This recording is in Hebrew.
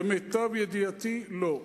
למיטב ידיעתי, לא.